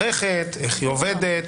למערכת, איך היא עובדת.